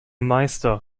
meister